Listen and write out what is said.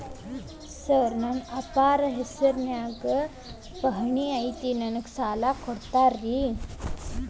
Sir ನನ್ನ ಅಪ್ಪಾರ ಹೆಸರಿನ್ಯಾಗ್ ಪಹಣಿ ಐತಿ ನನಗ ಸಾಲ ಕೊಡ್ತೇರಾ?